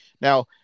Now